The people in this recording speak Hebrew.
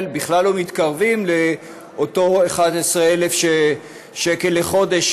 בכלל לא מתקרבים לאותם 11,000 שקל לחודש,